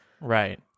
Right